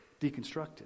deconstructed